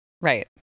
Right